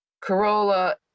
Corolla